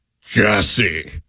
Jesse